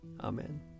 Amen